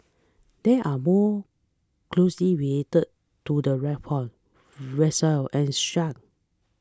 they are more closely related to the raccoon weasel and skunk